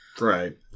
Right